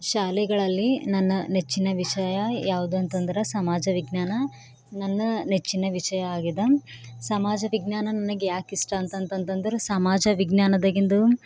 ಶಾಲೆಗಳಲ್ಲಿ ನನ್ನ ನೆಚ್ಚಿನ ವಿಷಯ ಯಾವುದಂತಂದರೆ ಸಮಾಜ ವಿಜ್ಞಾನ ನನ್ನ ನೆಚ್ಚಿನ ವಿಷಯ ಆಗಿದೆ ಸಮಾಜ ವಿಜ್ಞಾನ ನನಗ್ಯಾಕಿಷ್ಟ ಅಂತಂತಂದರೆ ಸಮಾಜ ವಿಜ್ಞಾನದಾಗಿಂದು